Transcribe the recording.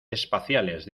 espaciales